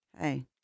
Hey